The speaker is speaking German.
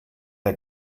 die